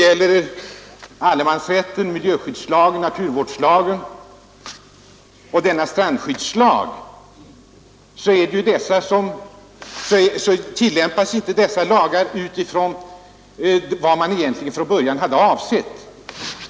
Varken allemansrätten, miljöskyddslagen, naturvårdslagen eller strandskyddslagen tillämpas på det sätt som man från början hade avsett.